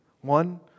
One